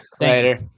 Later